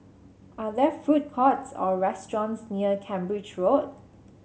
are there food courts or restaurants near Cambridge Road